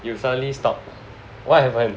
you suddenly stopped what happen